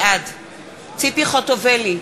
בעד ציפי חוטובלי,